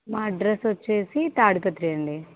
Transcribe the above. మా అడ్రస్ వచ్చేసి తాడిపత్రి అండి